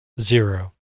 Zero